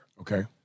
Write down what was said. Okay